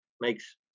makes